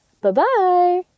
Bye-bye